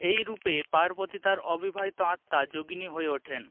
এইরূপে পার্বতী তার অবিবাহিত আত্মা যোগিনী হয়ে ওঠেন